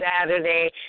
Saturday